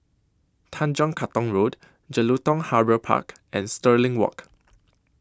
Tanjong Katong Road Jelutung Harbour Park and Stirling Walk